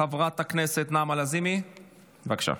חברת הכנסת נעמה לזימי, בבקשה,